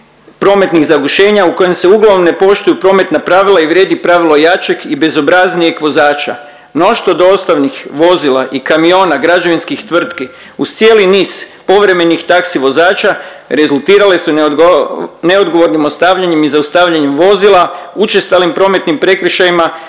prometnih zagušenja u kojima se uglavnom ne poštuju prometna pravila i vrijedi pravilo jačeg i bezobraznijeg vozača. Mnoštvo dostavnih vozila i kamiona građevinskih tvrtki uz cijeli niz povremenih taxi vozača rezultirale su neodgovornim ostavljanjem i zaustavljanjem vozila, učestalim prometnim prekršajima